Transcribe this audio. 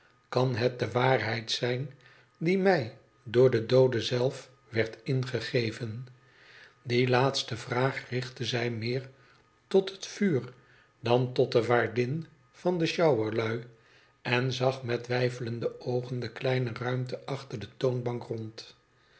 kan het de waarheid zijn die mij door den doode zelf werd ingegeven die laatste vraag richtte zij meer tot het vuur dan tot de waardm van de sjouwerlui en zag met weifelende oogen de kleine ruimte achter de toonbank rond